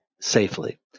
safely